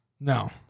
No